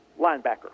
linebacker